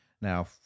Now